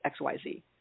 XYZ